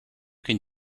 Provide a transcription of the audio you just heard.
can